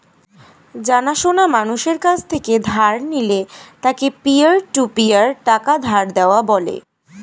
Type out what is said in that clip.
জানা সোনা মানুষের কাছ থেকে ধার নিলে তাকে পিয়ার টু পিয়ার টাকা ধার দেওয়া বলে